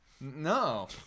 No